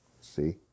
See